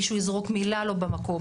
מישהו יזרוק מילה לא במקום,